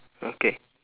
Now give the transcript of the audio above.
okay